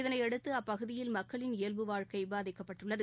இதனையடுத்து அப்பகுதியில் மக்களின் இயல்பு வாழ்க்கை பாதிக்கப்பட்டுள்ளது